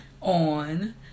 on